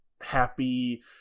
happy